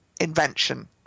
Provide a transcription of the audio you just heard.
invention